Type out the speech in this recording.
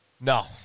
No